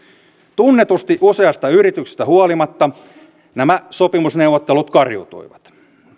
tunnetusti useasta yrityksestä huolimatta nämä sopimusneuvottelut kariutuivat